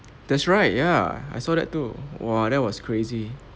that's right ya I saw that too !wah! that was crazy